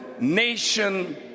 nation